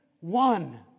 one